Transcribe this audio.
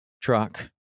truck